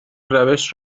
روش